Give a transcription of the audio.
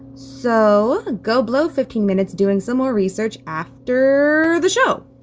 so go blow fifteen minutes doing some more research after the show